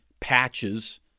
patches